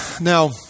Now